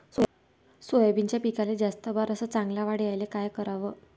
सोयाबीनच्या पिकाले जास्त बार अस चांगल्या वाढ यायले का कराव?